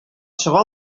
чыга